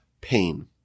pain